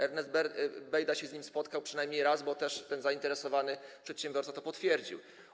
Ernest Bejda się z nim spotkał przynajmniej raz, bo też ten zainteresowany przedsiębiorca to potwierdził.